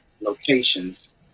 locations